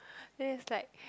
then it's like